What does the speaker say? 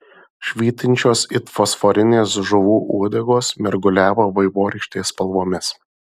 švytinčios it fosforinės žuvų uodegos mirguliavo vaivorykštės spalvomis